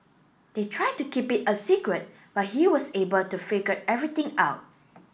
they tried to keep it a secret but he was able to figured everything out